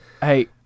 hey